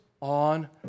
on